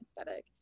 aesthetic